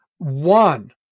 One